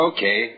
Okay